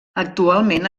actualment